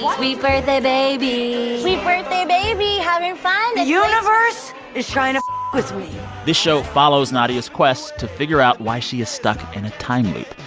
sweet birthday baby sweet birthday baby. having fun? the universe is trying to f with me this show follows nadia's quest to figure out why she is stuck in a time loop.